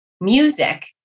music